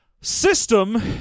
system